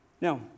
Now